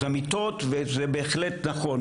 אז המיטות זה בהחלט נכון.